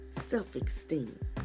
self-esteem